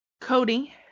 Cody